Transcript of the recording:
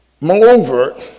Moreover